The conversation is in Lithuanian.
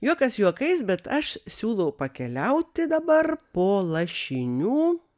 juokas juokais bet aš siūlau pakeliauti dabar po lašinių